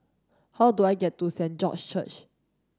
how do I get to Saint George's Church